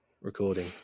recording